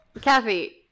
kathy